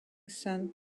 sun